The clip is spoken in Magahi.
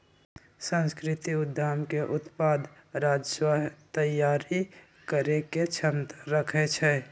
सांस्कृतिक उद्यम के उत्पाद राजस्व तइयारी करेके क्षमता रखइ छै